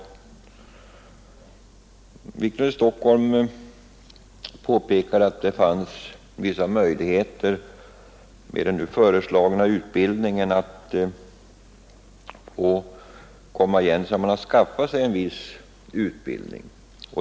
Herr Wiklund i Stockholm påpekar att det finns vissa möjligheter med den nu föreslagna utbildningen att få komma igen sedan man skaffat sig en viss utbildning.